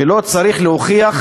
ולא צריך להוכיח